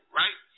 right